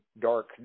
dark